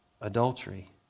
adultery